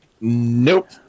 Nope